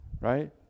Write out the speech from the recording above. right